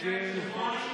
אדוני היושב-ראש,